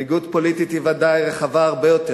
מנהיגות פוליטית היא ודאי רחבה הרבה יותר,